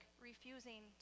refusing